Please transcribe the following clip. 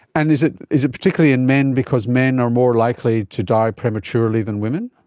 and is it is it particularly in men because men are more likely to die prematurely than women?